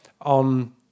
on